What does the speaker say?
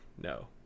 no